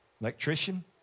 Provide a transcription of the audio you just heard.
electrician